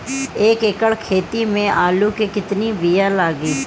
एक एकड़ खेती में आलू के कितनी विया लागी?